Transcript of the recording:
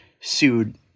sued